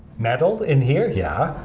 metal in here, yeah.